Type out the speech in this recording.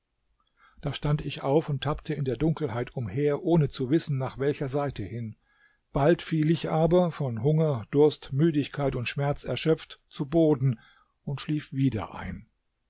da stand ich auf und tappte in der dunkelheit umher ohne zu wissen nach welcher seite hin bald fiel ich aber von hunger durst müdigkeit und schmerz erschöpft zu boden und schlief wieder ein